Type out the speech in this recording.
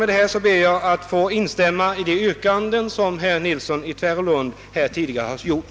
Med detta ber jag att få instämma i de yrkanden som framställts av herr Nilsson i Tvärålund.